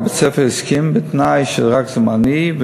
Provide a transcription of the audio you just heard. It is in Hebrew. בית-הספר הסכים רק בתנאי שזה זמני,